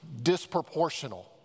disproportional